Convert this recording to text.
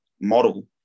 model